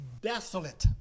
desolate